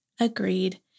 Agreed